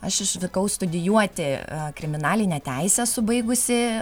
aš išvykau studijuoti kriminalinę teisę esu baigusi